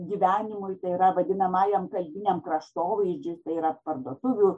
gyvenimui tai yra vadinamajam kalbiniam kraštovaizdžiui tai yra parduotuvių